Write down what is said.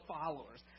followers